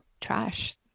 trash